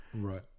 Right